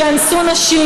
שאנסו נשים.